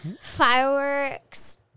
fireworks